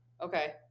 Okay